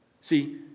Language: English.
See